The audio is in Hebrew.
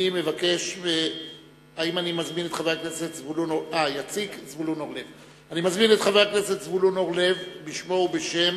אני מזמין את חבר הכנסת זבולון אורלב בשמו ובשם